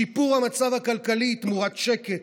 שיפור המצב הכלכלי תמורת שקט,